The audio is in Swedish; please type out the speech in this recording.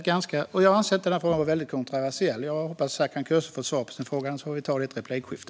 Jag anser inte den frågan vara kontroversiell. Jag hoppas att Serkan Köse fått svar på sin fråga. Annars får vi ta det i ett replikskifte.